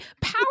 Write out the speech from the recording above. power